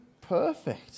perfect